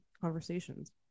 conversations